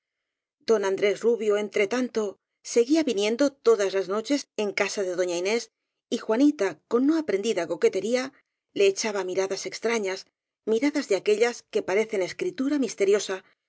don andrés rubio entretanto seguía viniendo todas las noches en casa de doña inés y juanita con no aprendida coquetería le echaba miradas extrañas miradas de aquellas que parecen escritu ra misteriosa